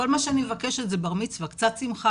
שכל מה שאני מבקשת זה בר מצווה, קצת שמחה.